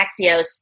Axios